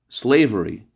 slavery